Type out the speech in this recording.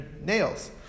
nails